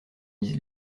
disent